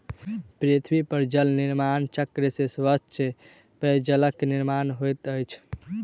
पृथ्वी पर जल निर्माण चक्र से स्वच्छ पेयजलक निर्माण होइत अछि